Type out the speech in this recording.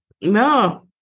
No